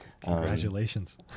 Congratulations